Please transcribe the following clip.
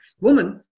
Woman